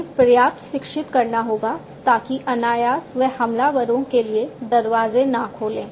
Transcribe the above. उन्हें पर्याप्त शिक्षित करना होगा ताकि अनायास वे हमलावरों के लिए दरवाजे न खोलें